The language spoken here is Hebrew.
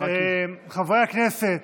חברי הכנסת,